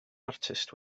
artist